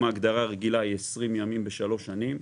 אם ההגדרה הרגילה היא 20 ימים בשלוש שנים,